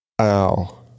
ow